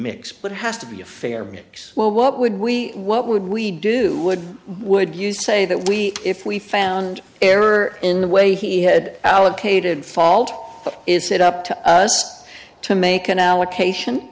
mix but it has to be a fair bit well what would we what would we do would would you say that we if we found error in the way he had allocated fault is it up to us to make an allocation